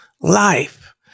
life